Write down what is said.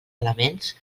elements